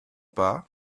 pas